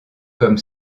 comme